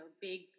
big